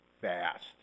fast